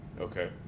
Okay